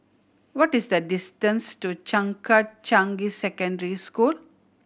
what is the distance to Changkat Changi Secondary School